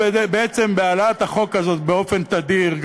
בהעלאת הצעת החוק הזו באופן תדיר,